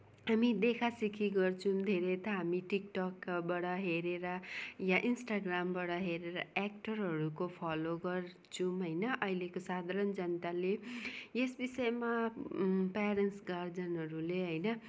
हामी देखा सेखी गर्छौँ धेरै त हामी टिकटकबाट हेरेर या इन्सटाग्रामबाट हेरेर एक्टरहरूको फलो गर्छौँ होइन अहिलेको साधारण जनताले यस विषयमा प्यारेन्टस् गार्जेनहरूले होइन